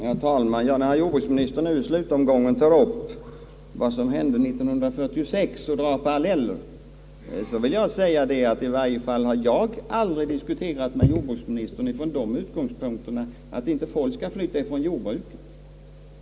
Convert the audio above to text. Herr talman! När jordbruksministern nu i slutomgången tar upp vad som hände 1946 och drar paralleller vill jag säga att i varje fall jag aldrig har diskuterat med jordbruksministern ifrån den utgångspunkten att inte folk skall flytta ifrån jordbruket.